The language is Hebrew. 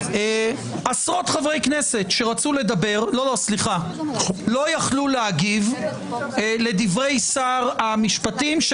עשרות חברי כנסת שרצו לדבר לא יכלו להגיב לדברי שר המשפטים,